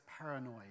paranoid